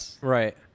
Right